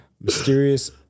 Mysterious